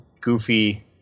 goofy